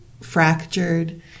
fractured